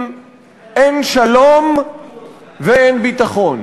עם "אין שלום ואין ביטחון".